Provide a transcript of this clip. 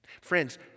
Friends